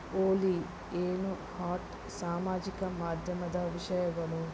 ಓಲಿ ಏನು ಹಾಟ್ ಸಾಮಾಜಿಕ ಮಾಧ್ಯಮದ ವಿಷಯಗಳು